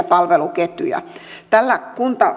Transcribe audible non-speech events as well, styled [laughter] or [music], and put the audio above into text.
[unintelligible] palveluketjuja tällä